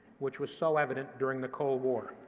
which was so evident during the cold war.